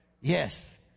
Yes